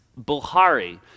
Bukhari